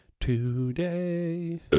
Today